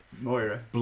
Moira